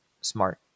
smart